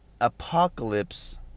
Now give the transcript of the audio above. apocalypse